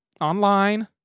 online